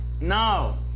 No